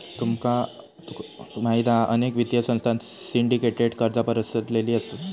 तुका माहित हा अनेक वित्तीय संस्थांत सिंडीकेटेड कर्जा पसरलेली असत